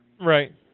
Right